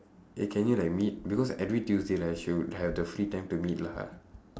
eh can you like meet because every tuesday right she will have the free time to meet lah